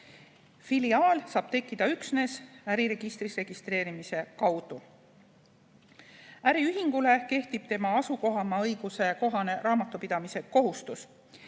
Filiaal saab tekkida üksnes äriregistris registreerimise kaudu. Äriühingule kehtib tema asukohamaa õiguse kohane raamatupidamise kohustus.